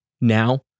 now